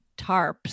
tarps